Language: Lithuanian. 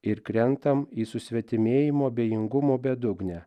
ir krentam į susvetimėjimo abejingumo bedugnę